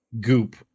goop